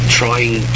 trying